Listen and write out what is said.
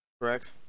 correct